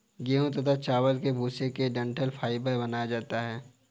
गेहूं तथा चावल के भूसे से डठंल फाइबर बनाया जाता है